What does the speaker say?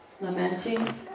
lamenting